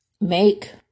make